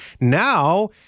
Now